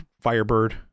Firebird